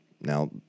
now